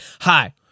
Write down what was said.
Hi